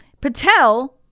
patel